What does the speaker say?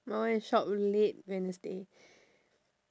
my one is shop late wednesday